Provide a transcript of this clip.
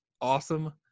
awesome